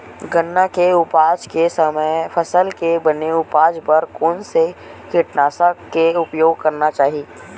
गन्ना के उपज के समय फसल के बने उपज बर कोन से कीटनाशक के उपयोग करना चाहि?